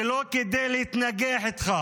ולא כדי להתנגח בך,